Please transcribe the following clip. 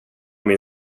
min